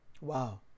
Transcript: Wow